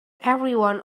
everyone